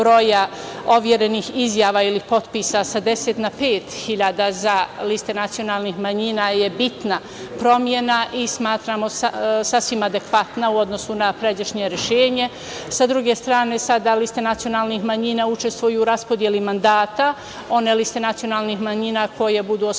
broja overenih izjava ili potpisa sa deset na pet hiljada za liste nacionalnih manjina je bitna promena i smatramo sasvim adekvatna u odnosu na pređašnje rešenje. Sa druge strane, sada liste nacionalnih manjina učestvuju u raspodeli mandata. One liste nacionalnih manjina koje budu osvojile